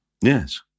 Yes